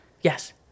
yes